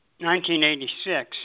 1986